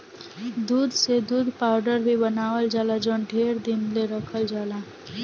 दूध से दूध पाउडर भी बनावल जाला जवन ढेरे दिन ले रखल जाला